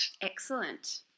Excellent